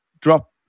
drop